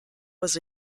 was